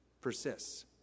persists